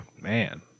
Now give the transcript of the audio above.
man